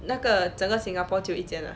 那个整个 singapore 只有一间 ah